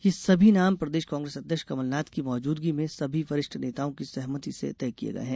ये सभी नाम प्रदेश कांग्रेस अध्यक्ष कमलनाथ की मौजूदगी में सभी वरिष्ठ नेताओं की सहमति से तय किए गए हैं